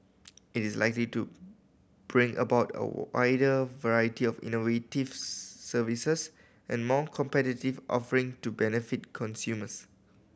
it is likely to bring about a wider variety of innovative's services and more competitive offering to benefit consumers